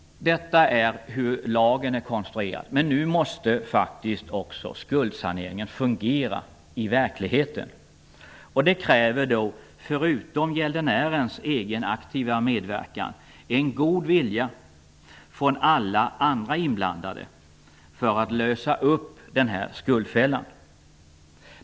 Så här är lagen konstruerad, men skuldsanering måste också fungera i verkligheten. Det kräver förutom gäldenärens aktiva medverkan en god vilja från alla andra inblandade för att gäldenären skall komma ur skuldfällan.